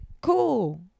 Cool